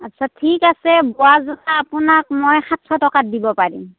আচ্ছা ঠিক আছে বোৱা যোৰা আপোনাক মই সাতশ টকাত দিব পাৰিম